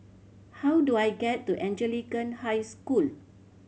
how do I get to Anglican High School